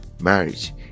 marriage